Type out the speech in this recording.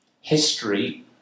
history